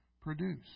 produce